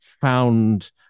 found